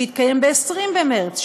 שהתקיים ב-20 במרס,